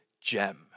gem